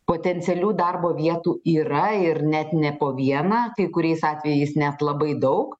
potencialių darbo vietų yra ir net ne po vieną kai kuriais atvejais net labai daug